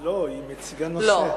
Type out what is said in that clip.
לא, היא מציגה נושא.